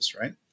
right